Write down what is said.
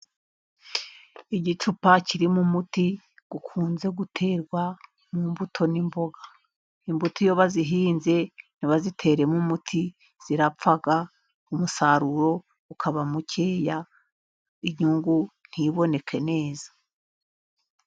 Igicupa kirimo umuti ukunze guterwa mu mbuto n'imboga. Imbuto iyo bazihinze ntibaziteremo umuti zirapfa umusaruro ukaba mukeya inyungu ntiboneke neza.